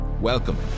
Welcome